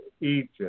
Egypt